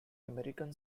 american